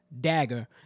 dagger